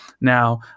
Now